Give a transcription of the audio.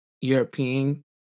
European